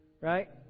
right